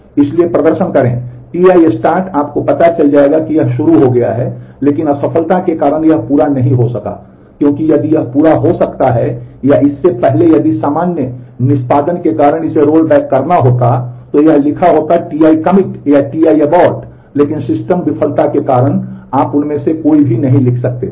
इसलिए प्रदर्शन करें Ti start आपको पता चल जाएगा कि यह शुरू हो गया है लेकिन असफलता के कारण यह पूरा नहीं हो सका क्योंकि यदि यह पूरा हो सकता है या इससे पहले यदि सामान्य निष्पादन के कारण इसे रोलबैक करना होता तो यह लिखा होता Ti commit या Ti abort लेकिन सिस्टम विफलता के कारण आप उनमें से कोई भी नहीं लिख सकते थे